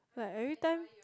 like every time